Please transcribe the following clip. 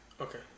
Okay